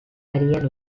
arian